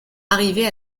arrivée